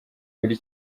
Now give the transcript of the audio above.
buri